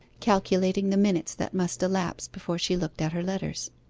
calculating the minutes that must elapse before she looked at her letters.